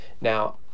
Now